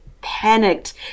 panicked